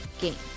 Games